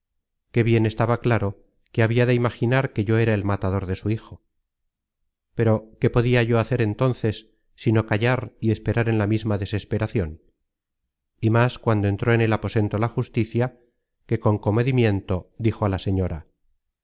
que bien estaba claro que habia de imaginar que yo era el matador de su hijo pero qué podia yo hacer entonces sino callar y esperar en la misma desesperacion y más cuando entró en el aposento la justicia que con comedimiento dijo á la señora